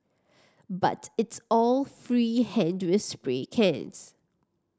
but it's all free hand with spray cans